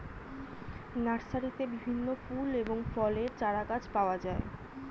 নার্সারিতে বিভিন্ন ফুল এবং ফলের চারাগাছ পাওয়া যায়